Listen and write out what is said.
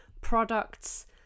products